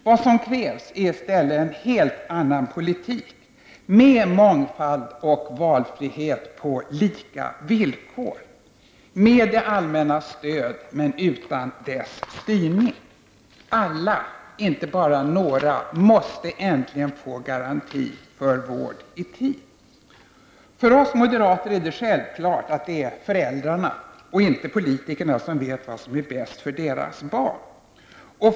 Vad som krävs är en helt annan politik med mångfald och valfrihet på lika villkor, med det allmännas stöd men utan dess styrning. Alla, inte bara några, måste äntligen få garanti för vård i tid. För oss moderater är det självklart att det är föräldrarna och inte politikerna som vet vad som är bäst för barnen.